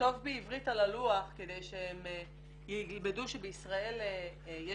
לכתוב בעברית על הלוח כדי שהם ילמדו שבישראל יש